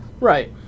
Right